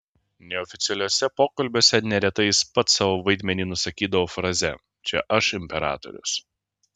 neoficialiuose pokalbiuose neretai jis pats savo vaidmenį nusakydavo fraze čia aš imperatorius